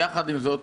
יחד עם זאת,